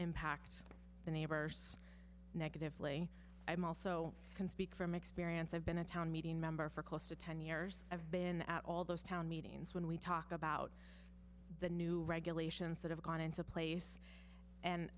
impact the neighbors negatively i'm also can speak from experience i've been a town meeting member for close to ten years i've been at all those town meetings when we talk about the new regulations that have gone into place and